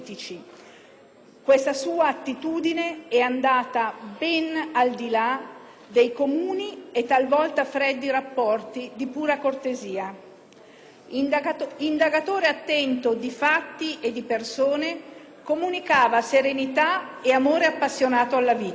Questa sua attitudine è andata ben al di là dei comuni e talvolta freddi rapporti di pura cortesia. Indagatore attento di fatti e persone, comunicava serenità e amore appassionato alla vita.